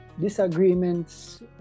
disagreements